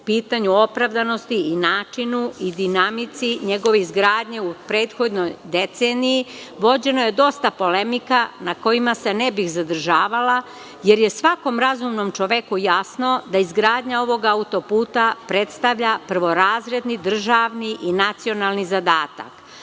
pitanju opravdanosti i načinu i dinamici njegove izgradnje u prethodnoj deceniji, vođeno je dosta polemika na kojima se ne bih zadržavala, jer je svakom razumnom čoveku jasno da izgradnja ovog autoputa predstavlja prvorazredni, državni i nacionalni zadatak. Mi